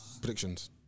predictions